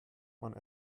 man